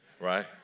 Right